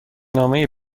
نامه